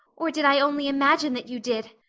or did i only imagine that you did?